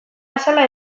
azala